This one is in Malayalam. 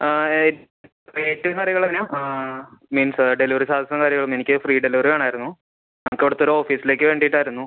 ആ ഏയ് റേയ്റ്റും കാര്യങ്ങളും എങ്ങനെയാണ് ആ മീൻസ് ഡെലിവറി ചാർജും കാര്യവും എനിക്ക് ഫ്രീ ഡെലിവറി വേണമായിരുന്നു നമുക്ക് ഇവിടുത്തെ ഒരു ഓഫീസിലേക്ക് വേണ്ടിയിട്ടായിരുന്നു